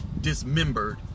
dismembered